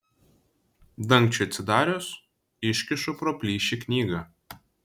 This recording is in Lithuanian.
dangčiui atsidarius iškišu pro plyšį knygą